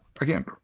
again